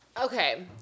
Okay